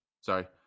Sorry